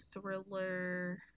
thriller